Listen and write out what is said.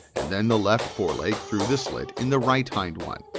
and then the left fore-leg through the slit in the right hind one,